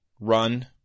run